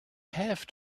have